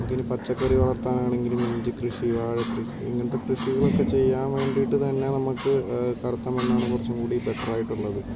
നമുക്ക് ഇനി പച്ചക്കറി വളർത്താനാണെങ്കിലും ഇഞ്ചിക്കൃഷി വാഴക്കൃഷി ഇങ്ങനത്തെ കൃഷികളൊക്കെ ചെയ്യാൻ വേണ്ടിയിട്ട് തന്നെ നമുക്ക് കറുത്ത മണ്ണാണ് കുറച്ചും കൂടി ബെറ്ററായിട്ട് ഉള്ളത്